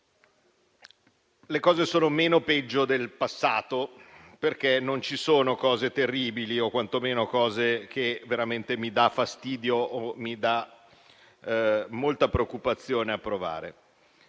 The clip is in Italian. le cose sono meno peggio del passato, perché non ci sono cose terribili o quantomeno cose che veramente mi dà fastidio o molta preoccupazione approvare.